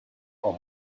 are